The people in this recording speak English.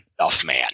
Duffman